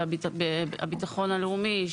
של הביטחון הלאומי,